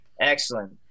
Excellent